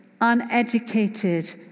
Uneducated